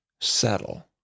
settle